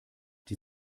die